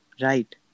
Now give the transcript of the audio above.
right